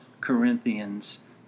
Corinthians